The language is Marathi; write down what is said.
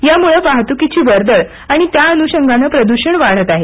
यामुळे वाहतुकीची वर्दळ आणि त्या अनुषंगानं प्रद्षण वाढत आहे